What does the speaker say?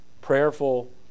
prayerful